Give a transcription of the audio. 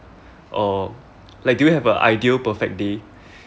or like do you have a ideal perfect day